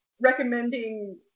recommending